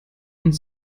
und